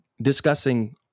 discussing